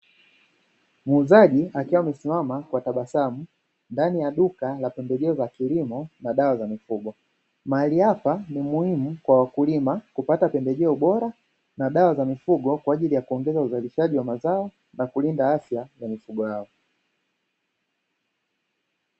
Muuzaji akiwa amesimama kwa tabasamu ndani ya duka la pembejeo za kilimo na dawa za mifugo, mahali hapa ni muhimu kwa wakulima kupata pembejeo bora na dawa za mifugo kwa ajili ya kuongeza uzalishaji wa mazao na kulinda afya za mifugo wao.